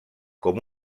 com